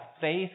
faith